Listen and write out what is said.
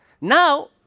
Now